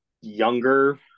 younger